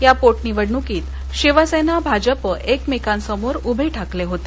या पोटनिवडणुकीत शिवसेना भाजप एकमेकांसमोर उभे ठाकले होते